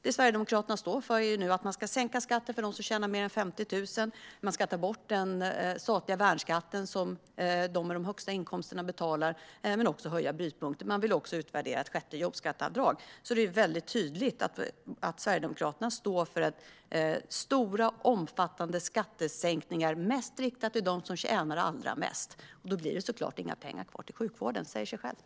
Det Sverigedemokraterna står för är nu att man ska sänka skatten för dem som tjänar mer än 50 000, ta bort den statliga värnskatten, som de med de högsta inkomsterna betalar, och höja brytpunkten. Man vill även utvärdera ett sjätte jobbskatteavdrag. Det är alltså väldigt tydligt att Sverigedemokraterna står för stora och omfattande skattesänkningar, mest riktade till dem som tjänar allra mest. Då blir det såklart inga pengar kvar till sjukvården. Det säger sig självt.